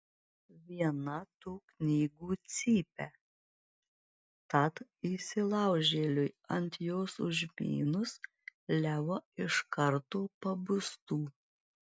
viena tų knygų cypia tad įsilaužėliui ant jos užmynus leo iš karto pabustų